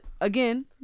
again